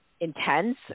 intense